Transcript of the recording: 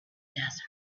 desert